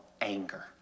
anger